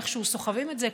איכשהו סוחבים את זה,